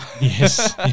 Yes